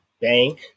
bank